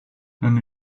then